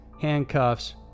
handcuffs